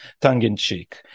tongue-in-cheek